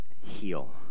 heal